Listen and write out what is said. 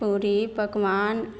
पूड़ी पकवान